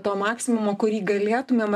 to maksimumo kurį galėtumėm